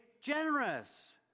generous